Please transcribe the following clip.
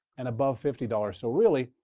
and above fifty dollars. so really,